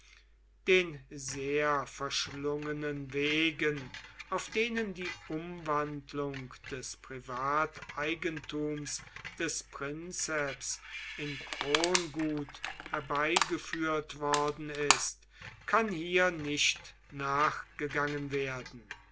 den sehr verschlungenen wegen auf denen die umwandlung des privateigentums des prinzeps in krongut herbeigeführt worden ist kann hier nicht nachgegangen werden